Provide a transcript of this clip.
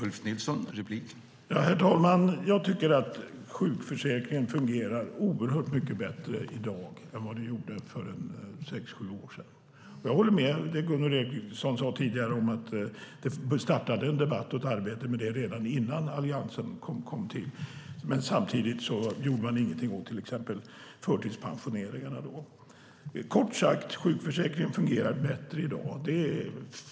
Herr talman! Jag tycker att sjukförsäkringen fungerar oerhört mycket bättre i dag än för sex sju år sedan. Jag håller med om vad Gunvor G Ericson sade tidigare, nämligen att det hade startat en debatt och ett arbete i frågan redan innan Alliansen fanns. Samtidigt gjorde man ingenting åt till exempel förtidspensioneringarna. Kort sagt fungerar sjukförsäkringen bättre i dag.